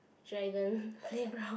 dragon playground